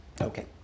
Okay